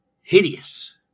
hideous